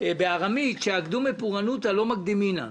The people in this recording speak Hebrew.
בארמית "אקדומי פורענותא לא מקדמינן".